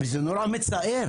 וזה נורא מצער.